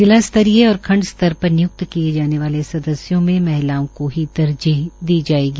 जिला स्तरीय और खण्ड स्तर पर नियुक्त किये जाने वाले सदस्यों में महिलाओं को ही तरजीह दी जाएगी